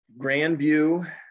Grandview